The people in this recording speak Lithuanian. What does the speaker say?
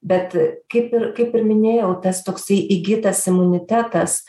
bet kaip ir kaip ir minėjau tas toksai įgytas imunitetas